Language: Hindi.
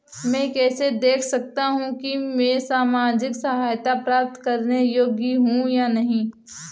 मैं कैसे देख सकता हूं कि मैं सामाजिक सहायता प्राप्त करने योग्य हूं या नहीं?